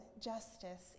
justice